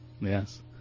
Yes